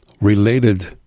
related